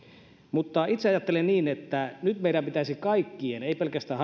mutta itse ajattelen niin että nyt meidän pitäisi kaikkien ei pelkästään